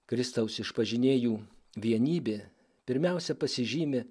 kristaus išpažinėjų vienybė pirmiausia pasižymi